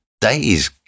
days